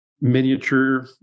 miniature